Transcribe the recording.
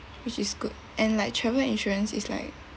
which is good and like travel insurance is like